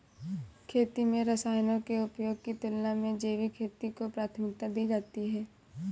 खेती में रसायनों के उपयोग की तुलना में जैविक खेती को प्राथमिकता दी जाती है